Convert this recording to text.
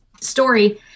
story